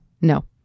No